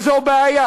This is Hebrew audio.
וזו בעיה,